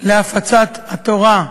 להפצת התורה,